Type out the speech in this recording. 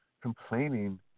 complaining